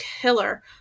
killer